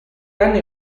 anni